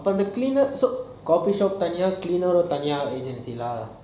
அப்போ அந்த:apo antha cleaner so coffee shop தனியா:thaniya cleaner தனியா:thaniya agency lah